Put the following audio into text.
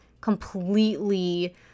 completely